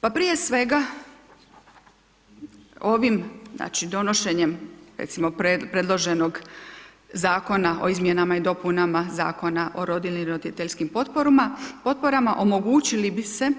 Pa prije svega ovim, znači donošenjem recimo predloženog Zakona o izmjenama i dopunama Zakona o rodiljnim i roditeljskim potporama omogućili bi se